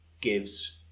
Gives